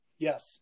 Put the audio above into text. Yes